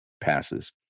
passes